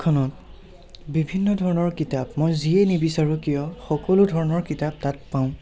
খনত বিভিন্ন ধৰণৰ কিতাপ মই যিয়ে নিবিচাৰোঁ কিয় সকলো ধৰণৰ কিতাপ তাত পাওঁ